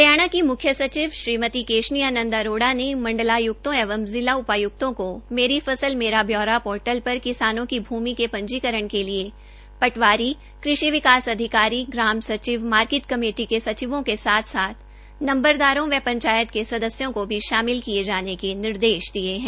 हरियाणा की म्ख्य सचिव श्रीमती केशनी आनन्द अरोड़ा ने मण्डलाय्क्तों एवं जिला उपाय्क्तों को मेरी फसल मेरा ब्योरा पोर्टल पर किसानों की भूमि के पंजीकरण के लिए पटवारी कृषि विकास अधिकारी ग्राम सचिव मार्किट कमेटी के सचिवों के साथ साथ नंबरदारों एवं पंचायत के सदस्यों को भी शामिल किये जाने के निर्देश दिये हैं